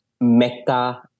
meta